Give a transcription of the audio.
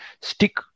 stick